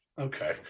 Okay